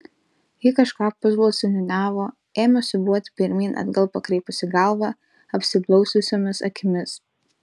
ji kažką pusbalsiu niūniavo ėmė siūbuoti pirmyn atgal pakreipusi galvą apsiblaususiomis akimis